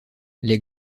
les